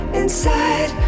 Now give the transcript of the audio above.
inside